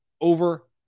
over